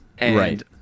Right